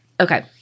Okay